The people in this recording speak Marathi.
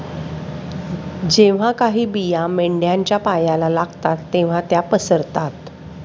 जेव्हा काही बिया मेंढ्यांच्या पायाला लागतात तेव्हा त्या पसरतात